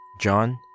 John